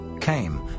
came